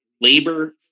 labor